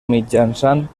mitjançant